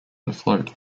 afloat